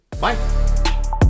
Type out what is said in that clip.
Bye